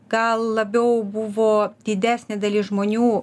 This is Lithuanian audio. gal labiau buvo didesnė dalis žmonių